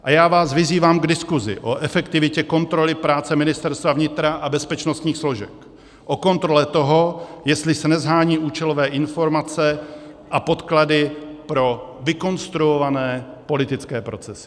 A já vás vyzývám k diskusi o efektivitě kontroly práce Ministerstva vnitra a bezpečnostních složek, o kontrole toho, jestli se neshánějí účelové informace a podklady pro vykonstruované politické procesy.